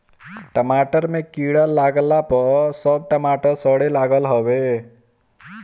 टमाटर में कीड़ा लागला पअ सब टमाटर सड़े लागत हवे